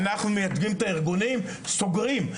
אנחנו מייצגים את הארגונים וסוגרים.